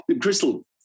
Crystal